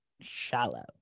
Shallow